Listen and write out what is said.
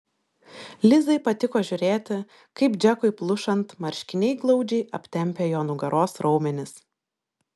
lizai patiko žiūrėti kaip džekui plušant marškiniai glaudžiai aptempia jo nugaros raumenis